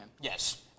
Yes